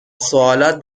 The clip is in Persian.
سوالات